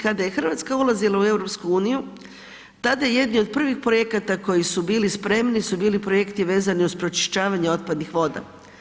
Kada je Hrvatska ulazila u EU tada jedni od prvih projekata koji su bili spremni su bili projekti vezani uz pročišćavanje otpadnih voda.